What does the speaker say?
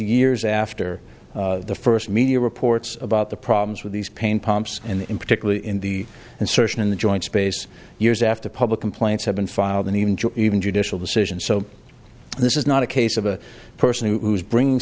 years after the first media reports about the problems with these pain pumps in particularly in the insertion in the joint space years after public complaints have been filed and even even judicial decisions so this is not a case of a person who is bring